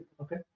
Okay